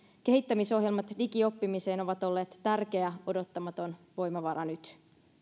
kehittämisohjelmat digioppimiseen ovat olleet tärkeä odottamaton voimavara nyt